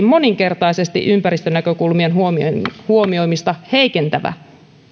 moninkertaisesti ympäristönäkökulmien huomioimista huomioimista heikentävä